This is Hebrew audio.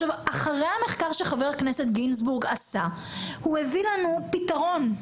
אחרי המחקר שחבר הכנסת גינזבורג עשה הוא הביא לנו פתרון,